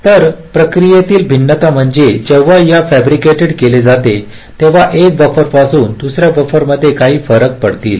तर प्रक्रियेतील भिन्नता म्हणजे जेव्हा हे फॅब्रिकेट केले जातात तेव्हा एका बफरपासून दुसर्या बफरमध्ये काही फरक पडतील